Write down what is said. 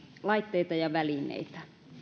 laitteita ja välineitä